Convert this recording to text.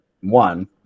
one